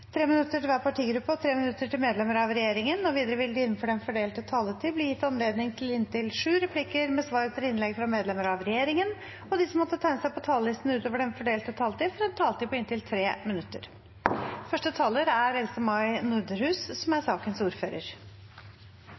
minutter til hver partigruppe og 3 minutter til medlemmer av regjeringen. Videre vil det – innenfor den fordelte taletid – bli gitt anledning til inntil seks replikker med svar etter innlegg fra medlemmer av regjeringen, og de som måtte tegne seg på talerlisten utover den fordelte taletid, får også en taletid på inntil 3 minutter. Saken handler om forhøyet straff for utlendinger som er